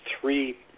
Three